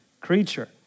creature